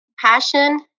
passion